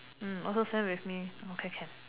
mm also same with me okay can